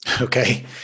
Okay